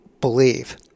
believe